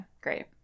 great